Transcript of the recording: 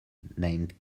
named